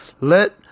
Let